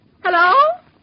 Hello